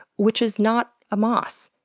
which is not a moss.